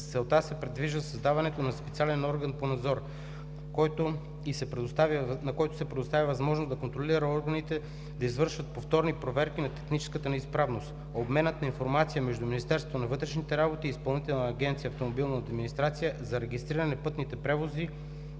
За целта се предвижда създаването на специален орган по надзор, на който се предоставя възможност да контролира органите да извършват повторни проверки на техническата неизправност. Обменът на информация между Министерството на вътрешните работи и Изпълнителна агенция „Автомобилна администрация“ за регистриране на пътните превозни